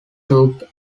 took